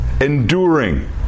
enduring